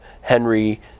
Henry